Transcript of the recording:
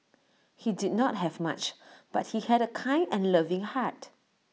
he did not have much but he had A kind and loving heart